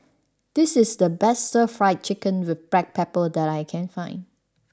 this is the best Stir Fried Chicken with black pepper that I can find